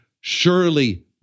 surely